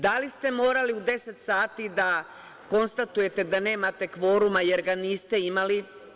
Da li ste morali u 10,00 sati da konstatujete da nemate kvorum jer ga niste imali?